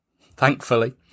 thankfully